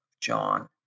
John